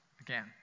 again